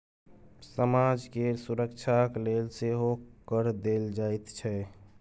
समाज केर सुरक्षाक लेल सेहो कर देल जाइत छै